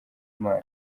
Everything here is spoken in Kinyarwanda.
imana